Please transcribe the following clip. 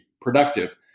productive